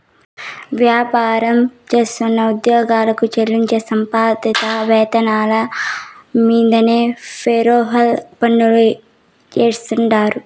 వ్యాపారం చేస్తున్న ఉద్యోగులకు చెల్లించే సంబంధిత వేతనాల మీన్దే ఫెర్రోల్ పన్నులు ఏస్తాండారు